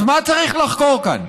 אז מה צריך לחקור כאן?